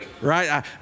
right